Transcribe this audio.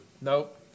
nope